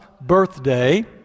birthday